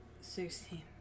Sixteen